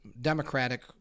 Democratic